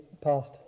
past